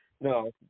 No